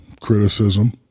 Criticism